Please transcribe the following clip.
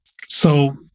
So-